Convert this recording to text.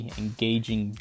engaging